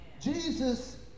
Jesus